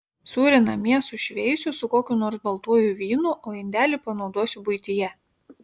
sūrį namie sušveisiu su kokiu nors baltuoju vynu o indelį panaudosiu buityje